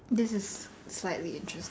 this is slightly interest